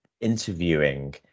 interviewing